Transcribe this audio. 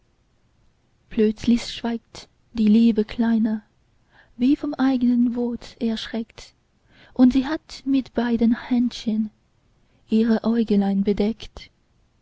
plötzlich schweigt die liebe kleine wie vom eignen wort erschreckt und sie hat mit beiden händchen ihre äugelein bedeckt